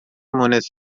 مونس